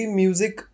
music